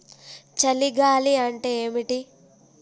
చలి గాలి అంటే ఏమిటి?